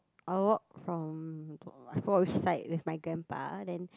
I would walk from I forgot which side with my grandpa then